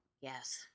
Yes